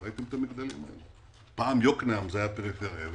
פעם יוקנעם היתה פריפריה.